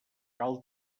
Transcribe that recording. cal